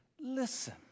listen